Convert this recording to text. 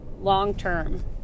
long-term